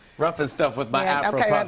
rough and stuff with my ah